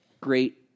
great